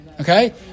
Okay